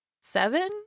seven